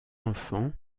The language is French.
enfants